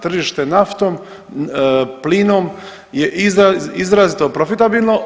Tržište naftom, plinom je izrazito profitabilno.